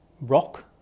rock